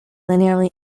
linearly